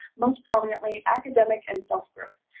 most prominently, academic and self growth.